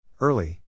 Early